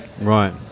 right